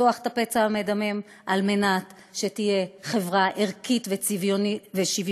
לפתוח את הפצע המדמם על מנת שתהיה חברה ערכית ושוויונית,